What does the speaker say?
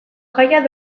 jaia